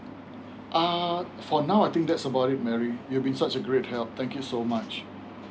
uh for now I think that's all about it mary you've been such a great help thank you so much